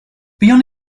beyond